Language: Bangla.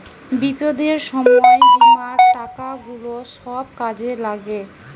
বিপদের সময় বীমার টাকা গুলা সব কাজে লাগে